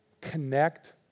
connect